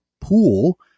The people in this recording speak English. pool